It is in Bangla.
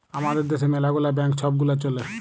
আমাদের দ্যাশে ম্যালা গুলা ব্যাংক ছব গুলা চ্যলে